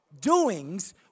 doings